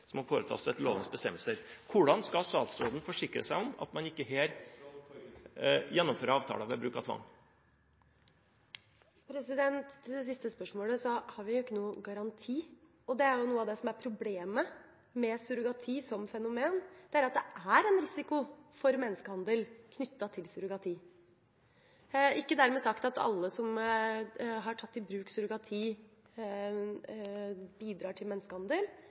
som må foretas etter lovens bestemmelser.» Hvordan skal statsråden forsikre seg om at man ikke gjennomfører avtaler ved bruk av tvang? Til det siste spørsmålet: Vi har ikke noen garanti. Det er jo noe av det som er problemet med surrogati som fenomen, at det er en risiko for menneskehandel knyttet til det. Det er ikke dermed sagt at alle som har tatt i bruk surrogati, bidrar til